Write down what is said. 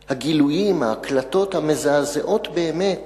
הגילויים, ההקלטות המזעזעות באמת